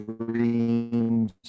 dreams